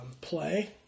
play